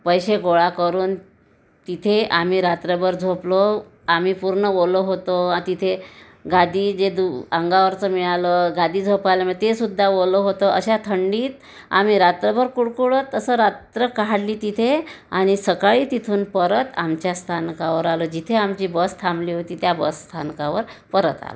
पैसे गोळा करून तिथे आम्ही रात्रभर झोपलो आम्ही पूर्ण ओलं होतो तिथे गादी जे दु अंगावरचं मिळालं गादी झोपायला ते सुद्धा ओलं होतं अशा थंडीत आम्ही रात्रभर कुडकुडत असं रात्र काढली तिथे आणि सकाळी तिथून परत आमच्या स्थानकावर आलो जिथे आमची बस थांबली होती त्या बसस्थानकावर परत आलो